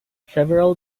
several